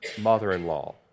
mother-in-law